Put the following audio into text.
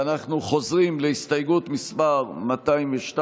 ואנחנו חוזרים להסתייגות 202,